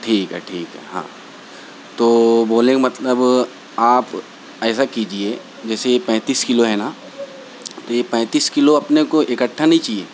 ٹھیک ہے ٹھیک ہے ہاں تو بولنے کا مطلب آپ ایسا کیجیے جیسے یہ پینتیس کلو ہے نا تو یہ پینتیس کلو اپنے کو اکٹھا نہیں چاہیے